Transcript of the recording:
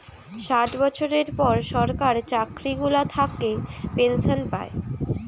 ষাট বছরের পর সরকার চাকরি গুলা থাকে পেনসন পায়